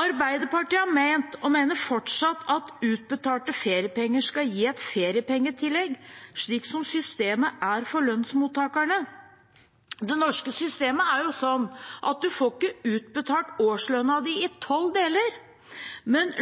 Arbeiderpartiet har ment, og mener fortsatt, at utbetalte feriepenger skal gi et feriepengetillegg, slik systemet er for lønnsmottakere. Det norske systemet er sånn at man ikke får utbetalt årslønn i tolv deler, man